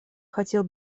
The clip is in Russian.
хотел